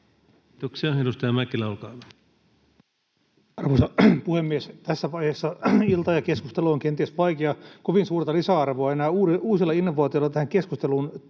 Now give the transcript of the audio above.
Kiitoksia. — Edustaja Mäkelä, olkaa hyvä. Arvoisa puhemies! Tässä vaiheessa iltaa ja keskustelua on kenties vaikea kovin suurta lisäarvoa enää uusilla innovaatioilla tähän keskusteluun